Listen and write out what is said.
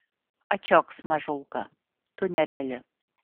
ačioks mažulka tu nereali